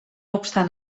obstant